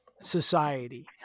society